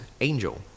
angel